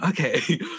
okay